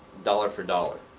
dollar for dollar.